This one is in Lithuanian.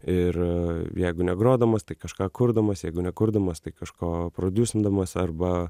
ir jeigu ne grodamas tai kažką kurdamas jeigu ne kurdamas tai kažko prodiusindamas arba